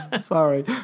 Sorry